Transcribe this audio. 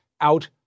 out